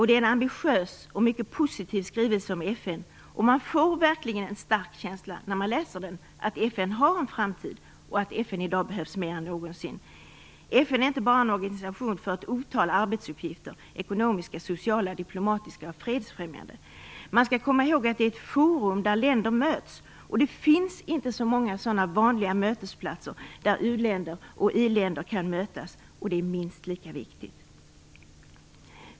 Det är en ambitiös och mycket positiv skrivelse om FN. Och man får verkligen en stark känsla när man läser den att FN har en framtid och att FN i dag behövs mer än någonsin. FN är inte bara en organisation för ett otal arbetsuppgifter, ekonomiska, sociala, diplomatiska och fredsfrämjande. Man skall komma ihåg att det också är ett forum där länder möts, och det finns inte så många sådana vanliga mötesplatser där u-länder och i-länder kan mötas, och det är minst lika viktigt.